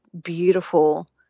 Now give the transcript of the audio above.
beautiful